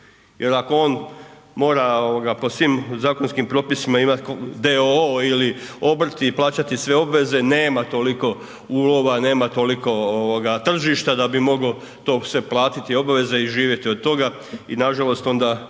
Jer ako on mora po svim zakonskim propisima imati d.o.o. ili obrt i plaćati sve obveze, nema toliko ulova, nema toliko tržišta da bi mogao to sve platiti obaveze i živjeti od toga i nažalost onda